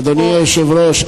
אדוני היושב-ראש,